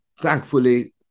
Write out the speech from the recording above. thankfully